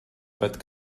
but